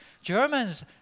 Germans